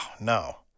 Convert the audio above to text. no